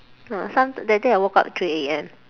ah some that day I woke up three A_M